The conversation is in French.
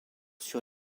sur